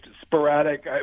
sporadic